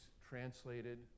translated